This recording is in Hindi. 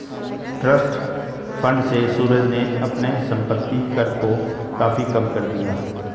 ट्रस्ट फण्ड से सूरज ने अपने संपत्ति कर को काफी कम कर दिया